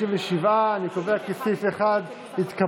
57. אני קובע כי סעיף 1 התקבל,